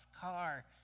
car